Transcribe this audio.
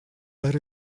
that